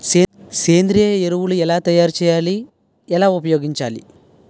సేంద్రీయ ఎరువులు ఎలా తయారు చేయాలి? ఎలా ఉపయోగించాలీ?